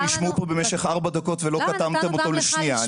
נשמעו פה במשך ארבע דקות ולא קטעתם אותו לשנייה.